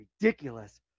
ridiculous